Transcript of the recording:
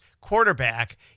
quarterback